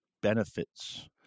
benefits